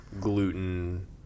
gluten